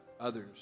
others